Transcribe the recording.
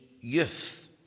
Youth